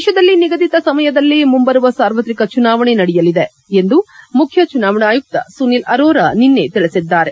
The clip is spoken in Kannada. ದೇತದಲ್ಲಿ ನಿಗದಿತ ಸಮಯದಲ್ಲೆ ಮುಂಬರುವ ಸಾರ್ವತ್ರಿಕ ಚುನಾವಣೆ ನಡೆಯಲಿದೆ ಎಂದು ಮುಖ್ಯ ಚುನಾವಣಾ ಆಯುಕ್ತ ಸುನೀಲ್ ಅರೋರಾ ನಿನ್ನೆ ತಿಳಿಸಿದ್ದಾರೆ